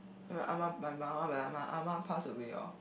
when my Ah Ma when my Ah Ma pass away hor